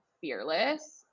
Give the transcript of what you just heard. fearless